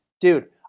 dude